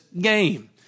game